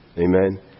Amen